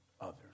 others